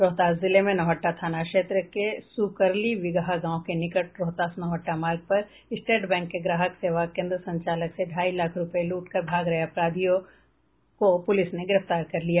रोहतास जिले में नौहट्टा थाना क्षेत्र के सुकरली वीगहा गांव के निकट रोहतास नौहट्टा मार्ग पर स्टेट बैंक के ग्राहक सेवा केन्द्र संचालक से ढाई लाख रुपये लूटकर भाग रहे अपराधियों को पुलिस ने गिरफ्तार कर लिया